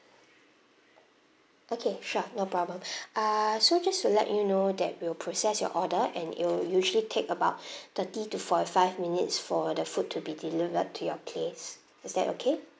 okay sure no problem uh so just to let you know that we'll process your order and it'll usually take about thirty to forty five minutes for the food to be delivered to your place is that okay